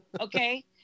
Okay